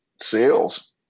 sales